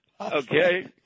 Okay